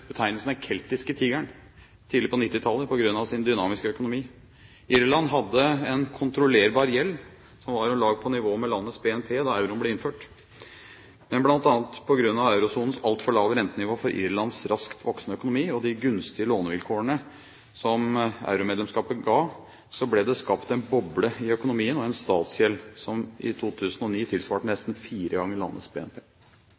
betegnelsen Den keltiske tiger tidlig på 1990-tallet på grunn av sin dynamiske økonomi. Irland hadde en kontrollerbar gjeld, som var om lag på nivå med landets BNP da euroen ble innført. Men bl.a. på grunn av eurosonens altfor lave rentenivå for Irlands raskt voksende økonomi og de gunstige lånevilkårene som euromedlemskapet ga, ble det skapt en boble i økonomien og en statsgjeld som i 2009 tilsvarte